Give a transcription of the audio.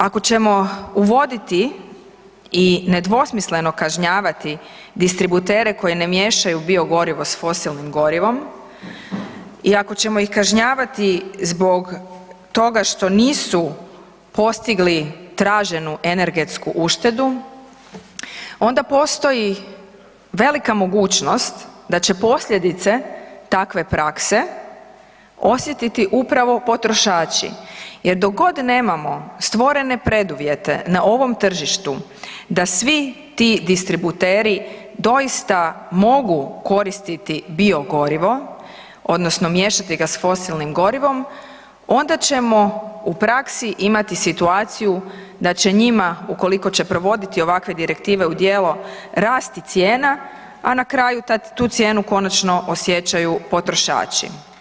Ako ćemo uvoditi i nedvosmisleno kažnjavati distributere koji ne miješaju biogorivo s fosilnim gorivom i ako ćemo ih kažnjavati zbog toga što nisu postigli traženu energetsku uštedu onda postoji velika mogućnost da će posljedice takve prakse osjetiti upravo potrošači jer dok god nemamo stvorene preduvjete na ovom tržištu da svi ti distributeri doista mogu koristiti biogorivo odnosno miješati ga s fosilnim gorivom onda ćemo u praksi imati situaciju da će njima ukoliko će provoditi ovakve direktive u djelo rasti cijena, a na kraju tu cijenu konačno osjećaju potrošači.